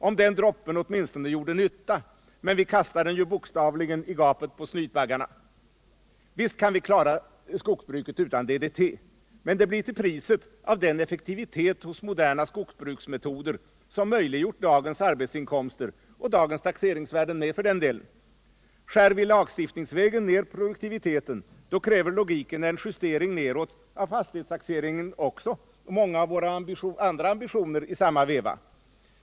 Om den droppen åtminstone gjorde nytta! Men vi kastar den ju bokstavligen i gapet på snytbaggarna. Visst kan vi klara skogsbruket utan DDT, men det blir till priset av den effektivitet hos moderna skogsbruksmetoder, som möjliggjort dagens arbetsinkomster och dagens taxeringsvärden med för den delen. Skär vi lagstiftningsvägen ner produktiviteten, kräver logiken en justering neråt av fastighetstaxeringen också, och många av våra ambitioner i samma veva.